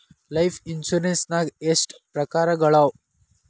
Life insurance ನ್ಯಾಗ ಎಷ್ಟ್ ಪ್ರಕಾರ್ಗಳವ?